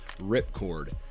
Ripcord